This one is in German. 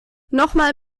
nochmal